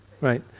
Right